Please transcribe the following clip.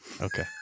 Okay